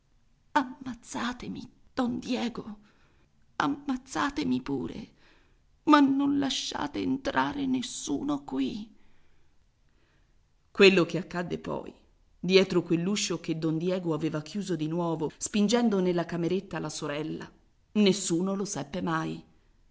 ammazzatemi don diego ammazzatemi pure ma non lasciate entrare nessuno qui quello che accadde poi dietro quell'uscio che don diego aveva chiuso di nuovo spingendo nella cameretta la sorella nessuno lo seppe mai